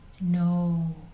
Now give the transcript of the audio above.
No